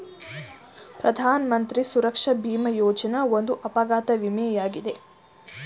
ಪ್ರಧಾನಮಂತ್ರಿ ಸುರಕ್ಷಾ ಭಿಮಾ ಯೋಜನೆ ಒಂದು ಅಪಘಾತ ವಿಮೆ ಯಾಗಿದೆ